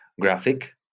graphic